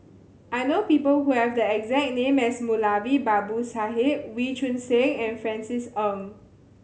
I know people who have the exact name as Moulavi Babu Sahib Wee Choon Seng and Francis Ng